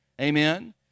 Amen